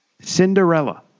Cinderella